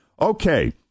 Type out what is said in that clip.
Okay